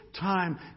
time